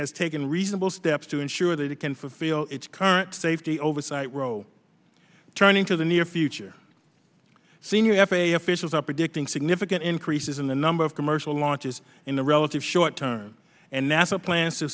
has taken reasonable steps to ensure that it can fulfill its current safety oversight role turning to the near future senior f a a officials are predicting significant increases in the number of commercial launches in the relative short term and nasa plans to